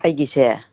ꯑꯩꯒꯤꯁꯦ